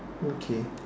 okay